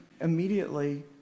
immediately